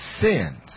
sins